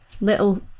little